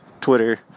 twitter